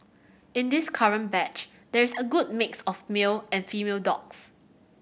in this current batch there is a good mix of male and female dogs